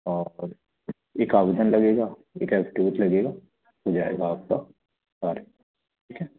और एक आवेदन लगेगा एक एफ़िडेविट लगेगा हो जाएगा आपका सारा ठीक है